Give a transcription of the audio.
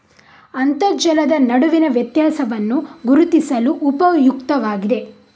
ಅಂತರ್ಜಲದ ನಡುವಿನ ವ್ಯತ್ಯಾಸವನ್ನು ಗುರುತಿಸಲು ಉಪಯುಕ್ತವಾಗಿದೆ